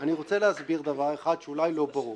אני רוצה להסביר דבר אחד שאולי הוא לא ברור.